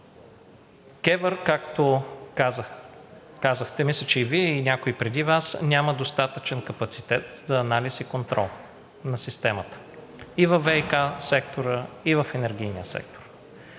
кажем. Както казахте Вие, а мисля, че и някой преди Вас, КЕВР няма достатъчен капацитет за анализ и контрол на системата и във ВиК сектора, и в енергийния сектор.